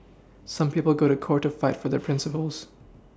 some people go to court to fight for their Principles